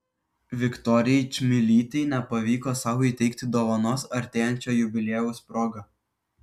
viktorijai čmilytei nepavyko sau įteikti dovanos artėjančio jubiliejaus proga